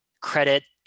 credit